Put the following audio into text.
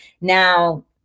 Now